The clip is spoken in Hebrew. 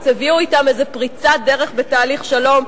הביאו אתן איזו פריצת דרך בתהליך שלום.